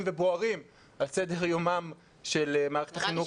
ובוערים על סדר-יומה של מערכת החינוך בישראל.